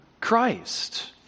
Christ